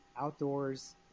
outdoors